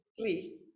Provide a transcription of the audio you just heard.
three